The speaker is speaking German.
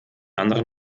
anderen